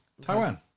Taiwan